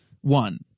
one